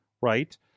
right